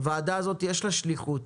לוועדה הזאת יש שליחות.